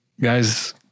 guys